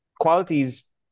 qualities